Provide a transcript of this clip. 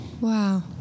Wow